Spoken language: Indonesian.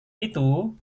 itu